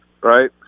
Right